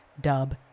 Dub